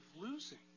losing